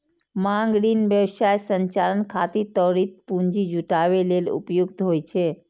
मांग ऋण व्यवसाय संचालन खातिर त्वरित पूंजी जुटाबै लेल उपयुक्त होइ छै